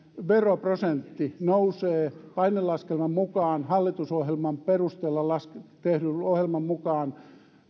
veroprosentti nousee painelaskelman mukaan hallitusohjelman perusteella tehdyn ohjelman mukaan